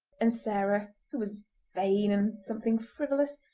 and sarah, who was vain and something frivolous,